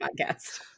podcast